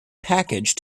packaged